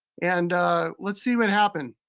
and let's see what happened.